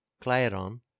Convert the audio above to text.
Clairon